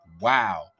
wow